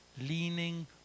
leaning